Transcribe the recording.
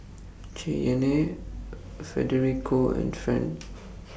Cheyenne Federico and Ferne